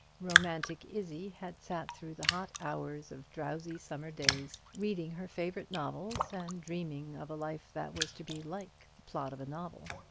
romantic izzie had sat through the hot hours of drowsy summer days, reading her favourite novels, and dreaming of a life that was to be like the plot of a novel.